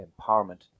Empowerment